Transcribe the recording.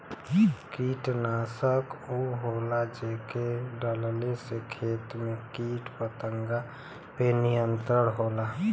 कीटनाशक उ होला जेके डलले से खेत में कीट पतंगा पे नियंत्रण होला